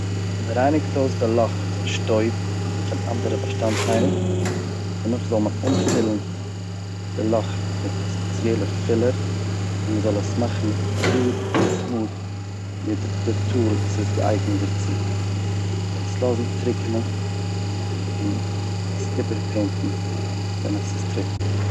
מ'רייניגט אויס די לאך פון שטויב און פון אנדערע באשטאנדטיילן, דערנאך זאל מען אנפילן די לאך מיט א ספעציעלע פילער און מ'זאל עס מאכן גראד און סמוד מיט די טול וואס איז געאייגנט דערצו, מ'זאל עס לאזן טרוקענען און איבער פעינטן ווען עס איז טרוקן.